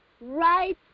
right